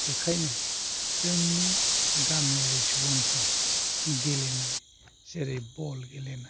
बेखायनो जोंनि गामियारि सुबुंफोरा गेलेनाय जेरै बल गेलेनाय